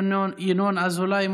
ינון אזולאי,